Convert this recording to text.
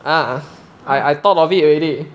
ah I I thought of it already